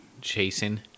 chasing